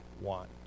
want